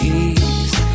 ease